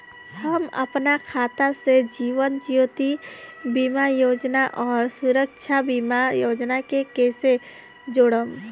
हम अपना खाता से जीवन ज्योति बीमा योजना आउर सुरक्षा बीमा योजना के कैसे जोड़म?